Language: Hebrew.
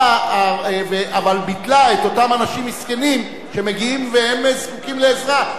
אבל ביטלה את אותם אנשים מסכנים שמגיעים והם זקוקים לעזרה.